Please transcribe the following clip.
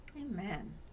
Amen